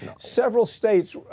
several states,